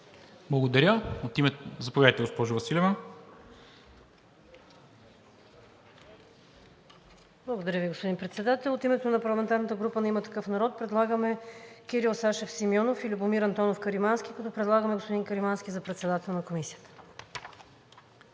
Благодаря. Заповядайте, госпожо Василева. ВИКТОРИЯ ВАСИЛЕВА (ИТН): Благодаря Ви, господин Председател. От името на парламентарната група на „Има такъв народ“ предлагам Кирил Сашев Симеонов и Любомир Антонов Каримански. Предлагам господин Каримански за председател на Комисията.